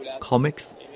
comics